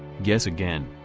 guess again.